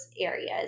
areas